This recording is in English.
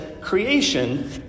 creation